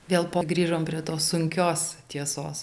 vėl grįžom prie tos sunkios tiesos